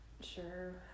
sure